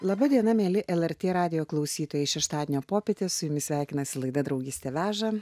laba diena mieli lrt radijo klausytojai šeštadienio popietę su jumis sveikinasi laida draugystė veža